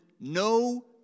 no